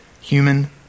human